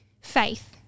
faith